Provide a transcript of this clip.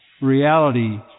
reality